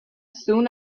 soon